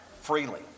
freely